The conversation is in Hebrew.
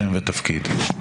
שם ותפקיד.